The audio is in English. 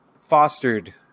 fostered